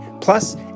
Plus